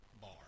bar